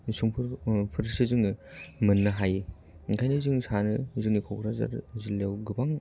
संफोर फोरसो जोङो मोननो हायो ओंखायनो जों सानो जोंनि क'क्राझार जिल्लायाव गोबां